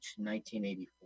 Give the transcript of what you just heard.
1984